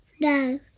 No